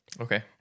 Okay